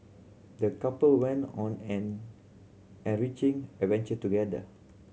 the couple went on an enriching adventure together